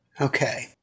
Okay